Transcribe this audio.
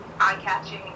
eye-catching